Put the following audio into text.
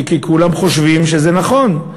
כי כולם חושבים שזה נכון.